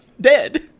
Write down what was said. dead